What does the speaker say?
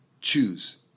Choose